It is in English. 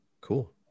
Cool